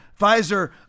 Pfizer